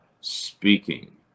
speaking